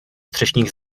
střešních